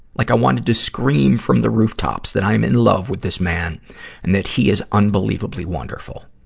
like i wanted to scream from the rooftops that i am in love with this man and that he is unbelievably wonderful.